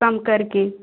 कम करके